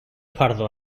pardo